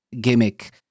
gimmick